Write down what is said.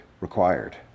required